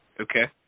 Okay